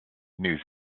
new